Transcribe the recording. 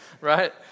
right